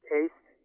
Taste